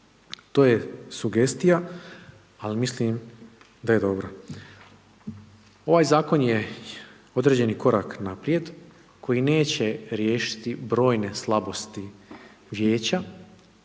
to je sugestija, al mislim da je dobro. Ovaj zakon je određeni korak naprijed koji neće riješiti brojne slabosti vijeća